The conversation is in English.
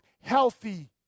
healthy